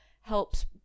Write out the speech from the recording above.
helps